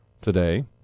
today